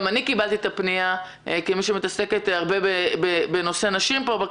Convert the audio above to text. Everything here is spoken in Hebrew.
גם אני קיבלתי את הפנייה כמי שמתעסקת הרבה בכנסת בנושא נשים.